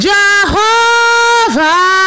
Jehovah